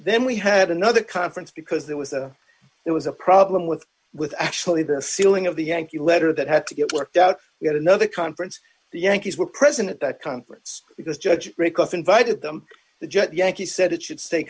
then we had another conference because there was there was a problem with with actually their ceiling of the yankee letter that had to get worked out yet another conference the yankees were present at that conference because judge break off invited them the jet yankee said it should stay